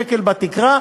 זה שתוך כדי חקירה,